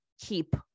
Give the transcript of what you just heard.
keep